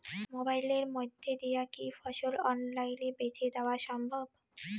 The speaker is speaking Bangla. মোবাইলের মইধ্যে দিয়া কি ফসল অনলাইনে বেঁচে দেওয়া সম্ভব?